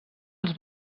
els